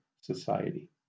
society